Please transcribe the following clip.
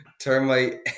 Termite